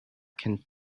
can